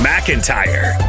McIntyre